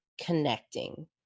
connecting